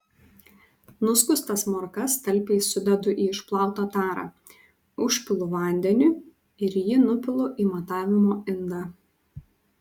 nuskustas morkas talpiai sudedu į išplautą tarą užpilu vandeniu ir jį nupilu į matavimo indą